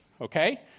okay